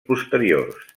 posteriors